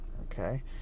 okay